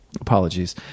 apologies